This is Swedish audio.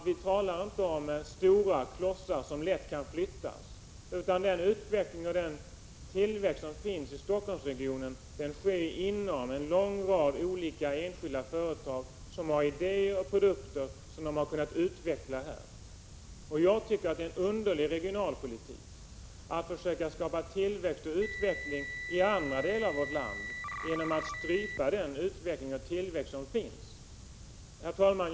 Vi talar inte här om byggklotsar som lätt kan flyttas utan om en utveckling och tillväxt som sker inom en lång rad enskilda företag i Stockholmsregionen, företag som har idéer och produkter som de kunnat utveckla i regionen. Jag tycker att man för en underlig regionalpolitik när man försöker skapa tillväxt och utveckling i andra delar av vårt land genom att strypa den utveckling och tillväxt som finns i Stockholmsregionen.